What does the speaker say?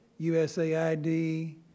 USAID